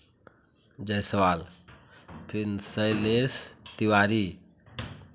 जायसवाल फिर सैलेश तिवारी